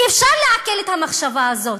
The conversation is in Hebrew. אי-אפשר לעכל את המחשבה הזאת.